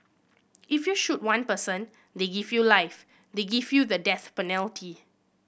if you shoot one person they give you life they give you the death penalty